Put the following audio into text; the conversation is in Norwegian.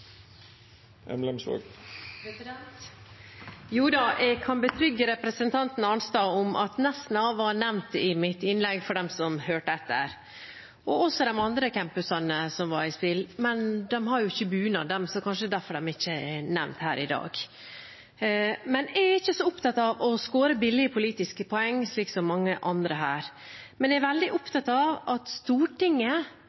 Jo da, jeg kan betrygge representanten Arnstad om at Nesna var nevnt i mitt innlegg – for dem som hørte etter – og det var også de andre campusene som sto på spill. Men de har jo ikke bunad, så det er kanskje derfor de ikke er nevnt her i dag. Jeg er ikke så opptatt av å skåre billige politiske poeng, slik som mange andre her, men jeg er veldig